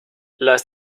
las